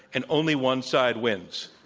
and only one side wins.